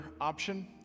option